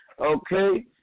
okay